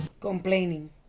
Complaining